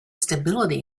stability